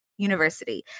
University